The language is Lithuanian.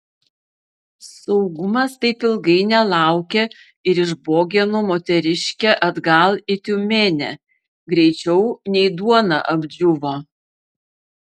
saugumas taip ilgai nelaukė ir išbogino moteriškę atgal į tiumenę greičiau nei duona apdžiūvo